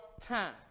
time